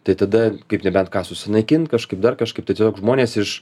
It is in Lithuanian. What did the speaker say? tai tada kaip ne bent ką susinaikint kažkaip dar kažkaip tai tiesiog žmonės iš